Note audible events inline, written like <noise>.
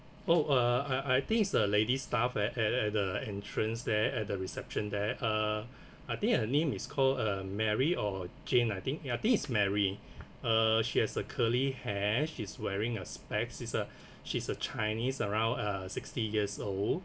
oh uh uh I think it's a lady staff at at the entrance there at the reception there uh <breath> I think her name is called uh mary or jane I think I think it's mary <breath> uh she has a curly hair she's wearing a specs she's a <breath> she's a chinese around sixty years old